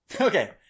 Okay